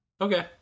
okay